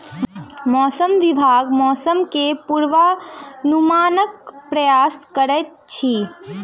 मौसम विभाग मौसम के पूर्वानुमानक प्रयास करैत अछि